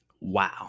Wow